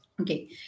Okay